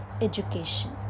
education